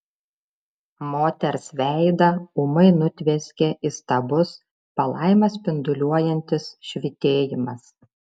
moters veidą ūmai nutvieskė įstabus palaimą spinduliuojantis švytėjimas